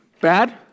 bad